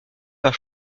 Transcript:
par